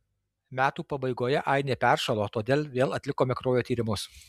metų pabaigoje ainė peršalo todėl vėl atlikome kraujo tyrimus